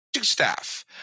Staff